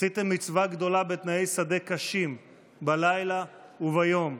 עשיתם מצווה גדולה בתנאי שדה קשים בלילה וביום.